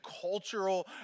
cultural